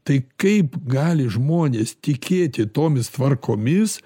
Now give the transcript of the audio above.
tai kaip gali žmonės tikėti tomis tvarkomis